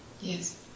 Yes